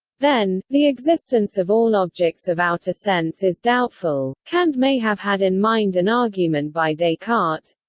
then, the existence of all objects of outer sense is doubtful kant may have had in mind an argument by descartes